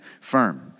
firm